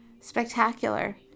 spectacular